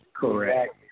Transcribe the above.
Correct